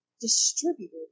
distributed